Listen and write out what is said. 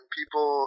people –